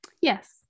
Yes